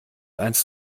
eins